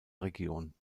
region